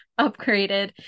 upgraded